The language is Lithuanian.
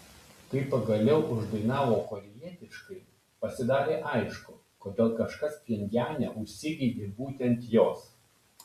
kai pagaliau uždainavo korėjietiškai pasidarė aišku kodėl kažkas pchenjane užsigeidė būtent jos